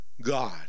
God